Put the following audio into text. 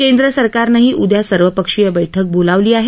केंद्र सरकारनही उद्या सर्वपक्षीय बैठक बोलावली आहे